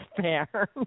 fair